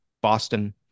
Boston